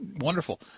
wonderful